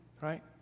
Right